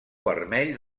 vermell